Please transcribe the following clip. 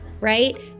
right